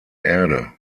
erde